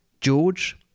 George